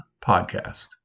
podcast